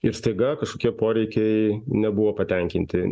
ir staiga kažkokie poreikiai nebuvo patenkinti ne